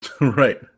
Right